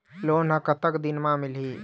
Loan ह कतक दिन मा मिलही?